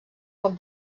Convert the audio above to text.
poc